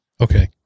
Okay